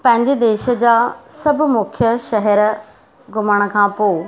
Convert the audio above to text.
पंहिंजे देश जा सभु मुख्यु शहिर घुमण खां पोइ